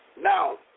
Now